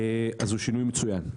אז הוא שינוי מצוין.